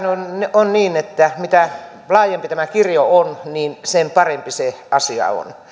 on niin että mitä laajempi tämä kirjo on niin sen parempi se asia on